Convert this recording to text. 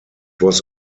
was